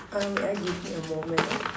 um wait ah give me a moment ah